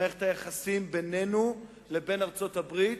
במערכת היחסים בינינו לבין ארצות-הברית,